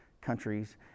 countries